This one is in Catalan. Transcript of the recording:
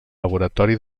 laboratori